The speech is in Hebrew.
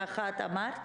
כך אמרת?